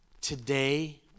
Today